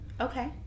okay